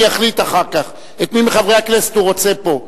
ויחליט אחר כך את מי מחברי הכנסת הוא רוצה פה.